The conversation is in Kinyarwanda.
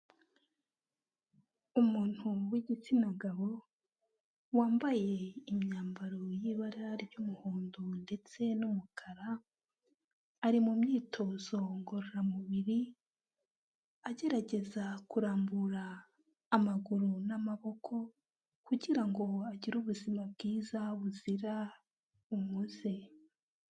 Umuntu w'igitsina gabo wambaye imyambaro y'ibara ry'umuhondo ndetse n'umukara, ari mu myitozo ngororamubiri, agerageza kurambura amaguru n'amaboko kugira ngo agire ubuzima bwiza buzira umuze.